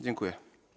Dziękuję.